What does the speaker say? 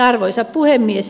arvoisa puhemies